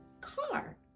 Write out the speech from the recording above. car